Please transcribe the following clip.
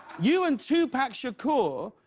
you and tupac shakur.